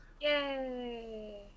Yay